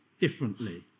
differently